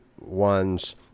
ones